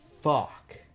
Fuck